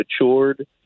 matured